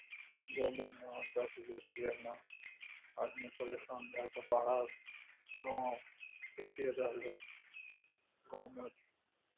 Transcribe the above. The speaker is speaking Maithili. दू महीना तक जे छै अहिना आदमी परेशान भए कऽ बाहर गाँव अयतै रहलै गाँवमे